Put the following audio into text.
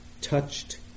touched